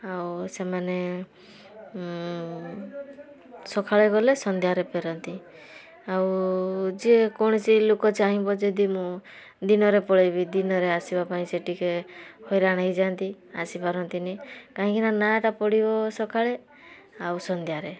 ଆଉ ସେମାନେ ସକାଳେ ଗଲେ ସନ୍ଧ୍ୟାରେ ଫେରନ୍ତି ଆଉ ଯେକୌଣସି ଲୋକ ଚାହିଁବ ଯଦି ମୁଁ ଦିନରେ ପଳେଇବି ଦିନରେ ଆସିବାପାଇଁ ସେ ଟିକେ ହଇରାଣ ହେଇଯାନ୍ତି ଆସିପାରନ୍ତିନି କାହିଁକିନା ନାଆଟା ପଡ଼ିବ ସକାଳେ ଆଉ ସନ୍ଧ୍ୟାରେ